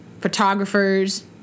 Photographers